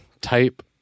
type